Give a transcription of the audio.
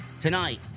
tonight